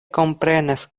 komprenas